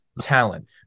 talent